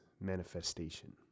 manifestation